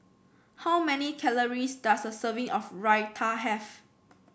how many calories does a serving of Raita have